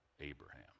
Abraham